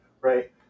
right